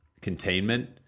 containment